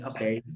Okay